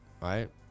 right